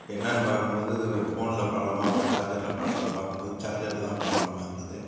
என்னென்னு பார்க்கும்போது ஃபோனில் ப்ராப்ளமா சார்ஜரில் ப்ராப்ளமா பார்க்கும்போது சார்ஜரில் தான் ப்ராப்ளமாக இருந்தது